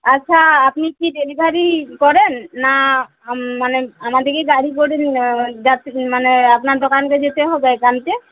আচ্ছা আপনি কি ডেলিভারি করেন না মানে আমাদেরকে গাড়ি করে নিয়ে যাত মানে আপনার দোকানকে যেতে হবে আনতে